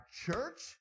church